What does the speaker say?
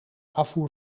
afvoer